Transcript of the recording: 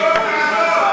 לא יעזור.